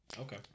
Okay